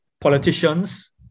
politicians